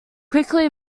quickly